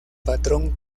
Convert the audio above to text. patrón